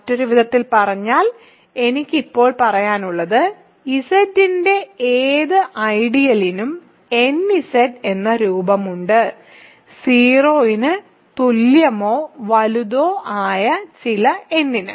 മറ്റൊരു വിധത്തിൽ പറഞ്ഞാൽ എനിക്ക് ഇപ്പോൾ പറയാനുള്ളത് Z ന്റെ ഏത് ഐഡിയലിനും nZ എന്ന രൂപമുണ്ട് 0 ന് തുല്യമോ വലുതോ ആയ ചില n ന്